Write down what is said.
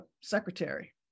secretary